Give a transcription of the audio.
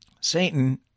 Satan